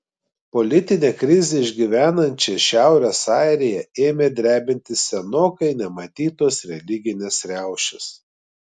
politinę krizę išgyvenančią šiaurės airiją ėmė drebinti senokai nematytos religinės riaušės